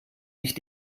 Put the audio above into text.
nicht